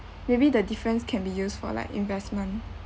maybe the difference can be used for like investment